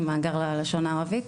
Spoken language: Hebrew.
אם מאגר ללשון הערבית,